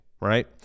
right